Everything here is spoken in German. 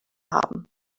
haben